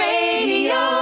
Radio